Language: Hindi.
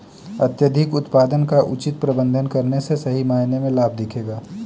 अत्यधिक उत्पादन का उचित प्रबंधन करने से सही मायने में लाभ दिखेगा